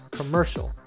commercial